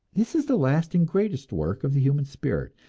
this is the last and greatest work of the human spirit,